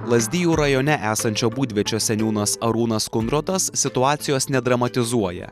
lazdijų rajone esančio būdviečio seniūnas arūnas kundrotas situacijos nedramatizuoja